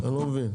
אני לא מבין.